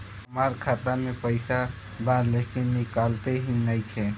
हमार खाता मे पईसा बा लेकिन निकालते ही नईखे?